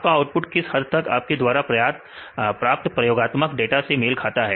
आपका आउटपुट किस हद तक आपके द्वारा प्राप्त प्रयोगात्मक डाटा से मेल खाता है